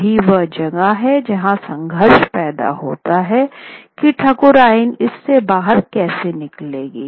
यही वह जगह है जहाँ संघर्ष पैदा होता है की ठाकुरायन इससे बाहर कैसे निकलेगी